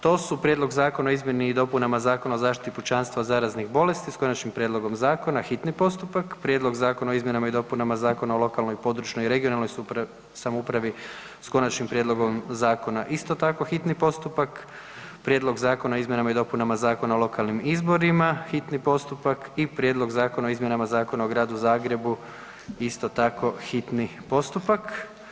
To su: Prijedlog zakona o izmjeni i dopunama Zakona o zaštiti pučanstva od zaraznih bolesti, s Konačnim prijedlogom Zakona, hitni postupak, Prijedlog zakona o izmjenama i dopunama Zakona o lokalnoj i područnoj (regionalnoj) samoupravi, s Konačnim prijedlogom Zakona, isto tako hitni postupak, Prijedlog zakona o izmjenama i dopunama Zakona o lokalnim izborima, hitni postupak i Prijedlog zakona o izmjenama Zakona o Gradu Zagrebu isto tako hitni postupak.